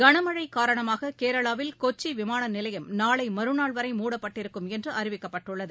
கனம்ஸ்ழ காரணமாக கேரளாவில் கொச்சி விமான நிலையம் நாளை மறுநாள் வரை மூடப்பட்டிருக்கும் என்று அறிவிக்கப்பட்டுள்ளது